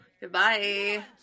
goodbye